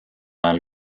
ajal